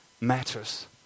matters